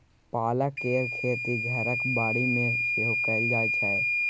पालक केर खेती घरक बाड़ी मे सेहो कएल जाइ छै